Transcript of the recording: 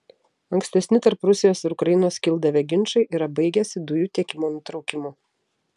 ankstesni tarp rusijos ir ukrainos kildavę ginčai yra baigęsi dujų tiekimo nutraukimu